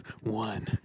one